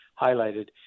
highlighted